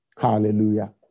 Hallelujah